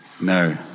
No